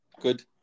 good